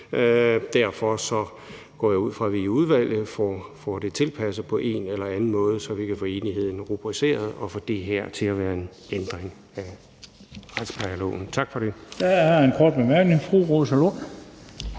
Derfor går jeg ud fra, at vi i udvalget får det tilpasset på en eller anden måde, så vi kan få enigheden rubriceret og få det her til at være en ændring af retsplejeloven.